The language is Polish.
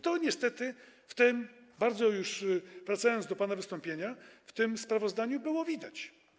To niestety bardzo, wracając do pana wystąpienia, w tym sprawozdaniu było widać.